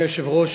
אדוני היושב-ראש,